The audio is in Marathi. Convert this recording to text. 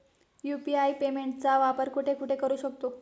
यु.पी.आय पेमेंटचा वापर कुठे कुठे करू शकतो?